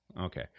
Okay